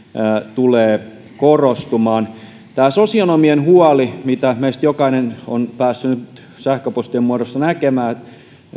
tulee korostumaan tämä sosionomien huoli mitä meistä jokainen on päässyt nyt sähköpostien muodossa näkemään